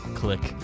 click